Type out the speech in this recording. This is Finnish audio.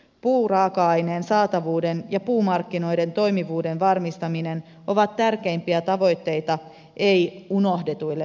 puuraaka aineen saatavuuden ja puumarkkinoiden toimivuuden varmistaminen ovat tärkeimpiä tavoitteita ei unohdetuille metsille